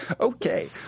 okay